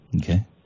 Okay